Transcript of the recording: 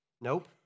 Nope